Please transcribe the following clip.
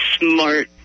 smart